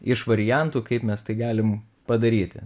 iš variantų kaip mes tai galim padaryti